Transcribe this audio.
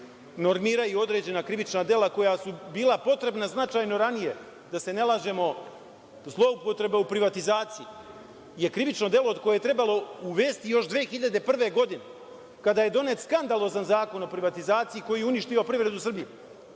normiraju određena krivična dela koja su bila potrebna značajno ranije, da se ne lažemo, zloupotreba u privatizaciji je krivično delo koje je trebalo uvesti još 2001. godine, kada je donet skandalozan Zakon o privatizaciji koji je uništio privredu Srbije,